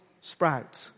sprout